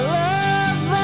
love